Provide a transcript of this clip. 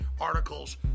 articles